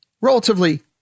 relatively